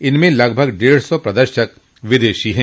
इसमें लगभग डेढ़ सौ प्रदर्शक विदेशी है